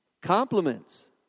compliments